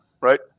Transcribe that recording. right